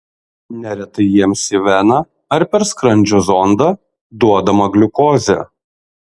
neretai jiems į veną ar per skrandžio zondą duodama gliukozė